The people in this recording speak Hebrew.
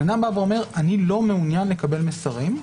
אדם אומר: אני לא מעוניין לקבל מסרים,